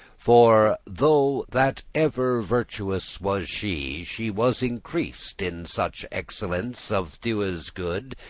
for though that ever virtuous was she, she was increased in such excellence of thewes good,